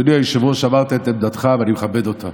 אדוני היושב-ראש, אמרת את עמדתך, ואני מכבד אותה,